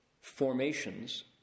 Formations